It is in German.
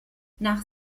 nach